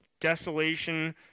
desolation